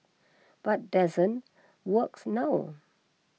but doesn't works now